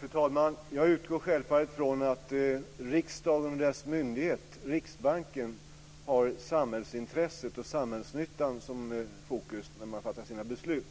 Fru talman! Jag utgår självfallet från att riksdagen och dess myndighet Riksbanken har samhällsintresset och samhällsnyttan i fokus när man fattar sina beslut.